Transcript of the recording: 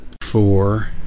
Four